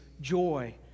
joy